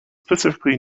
specifically